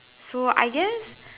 so I guess